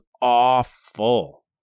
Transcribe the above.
awful